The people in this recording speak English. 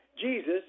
Jesus